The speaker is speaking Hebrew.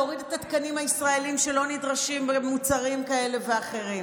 להוריד את התקנים הישראליים שלא נדרשים במוצרים כאלה ואחרים.